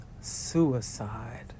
suicide